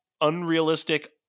unrealistic